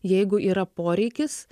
jeigu yra poreikis